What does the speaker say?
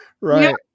Right